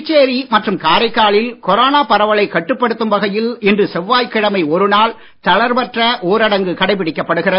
புதுச்சேரி மற்றும் காரைக்காலில் கொரோனா பரவலைக் கட்டுப்படுத்தும் வகையில் இன்று செவ்வாய்க்கிழமை ஒருநாள் தளர்வற்ற ஊரடங்கு கடைபிடிக்கப்படுகிறது